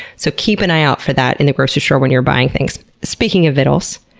so keep an eye out for that in the grocery store when you're buying things. speaking of vittles,